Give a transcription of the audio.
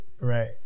right